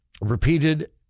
repeated